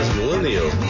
millennial